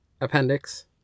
Appendix